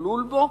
כלול בו,